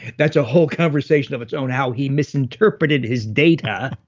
that's a whole conversation of it's own how he misinterpreted his data,